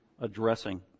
addressing